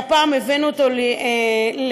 והפעם הבאנו אותו לסיום.